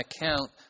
account